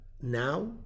now